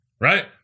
right